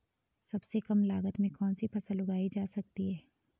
सबसे कम लागत में कौन सी फसल उगाई जा सकती है